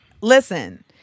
Listen